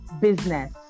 business